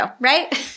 right